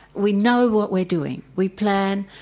we know what we're doing, we plan,